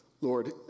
Lord